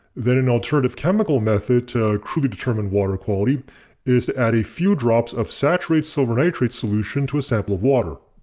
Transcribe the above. then an alternative chemical method to crudely determine water quality is to add a few drops of saturated silver nitrate solution to a sample of water.